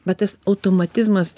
bet tas automatizmas